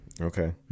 Okay